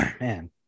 man